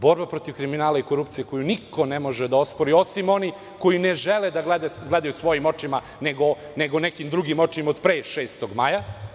Borba protiv kriminala i korupcije koju niko ne može da ospori, osim onih koji ne žele da gledaju svojim očima, nego nekim drugim očima, od pre 6. maja.